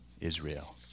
Israel